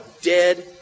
dead